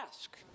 ask